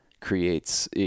creates